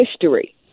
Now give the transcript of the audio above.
history